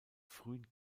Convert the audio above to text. frühen